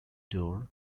door